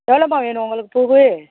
எவ்வளோம்மா வேணும் உங்களுக்கு பூ